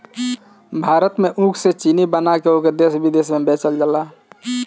भारत में ऊख से चीनी बना के ओके देस बिदेस में बेचल जाला